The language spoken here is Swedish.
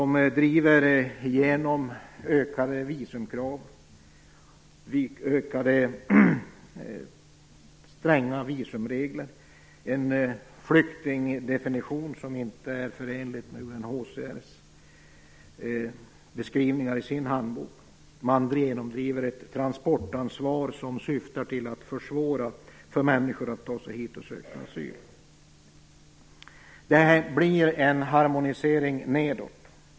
Dessa länder driver igenom ökade visumkrav och stränga visumregler och har en flyktingdefinition som inte är förenlig med UNHCR:s beskrivningar i sin handbok. Man genomdriver ett transportansvar som syftar till att försvåra för människor att ta sig hit och söka asyl. Det blir en harmonisering nedåt.